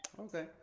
Okay